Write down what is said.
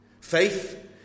Faith